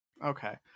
Okay